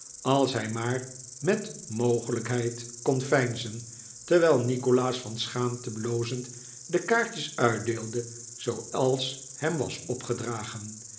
als hij maar met mogelijkheid kon veinzen terwijl nikolaas van schaamte blozend de kaartjes uitdeelde zooals hem was opgedragen